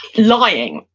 lying.